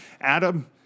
Adam